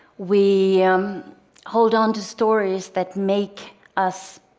we hold on to stories that make us